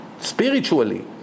spiritually